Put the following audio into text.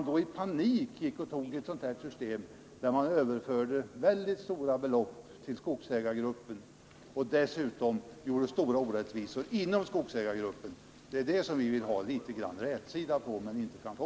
I panik införde man ett system som innebar att man överförde väldigt stora belopp till skogsägargruppen och dessutom skapade stora orättvisor inom skogsägargruppen. Det är det som vi vill ha litet rätsida på men inte kan få.